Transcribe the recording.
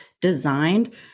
designed